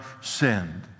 sinned